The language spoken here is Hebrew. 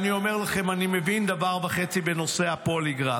אני אומר לכם, אני מבין דבר וחצי בנושא הפוליגרף.